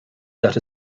that